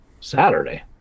Saturday